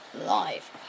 Live